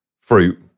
fruit